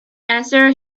answer